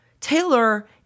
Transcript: Taylor